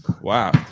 Wow